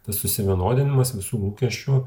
tas susivienodinimas visų lūkesčių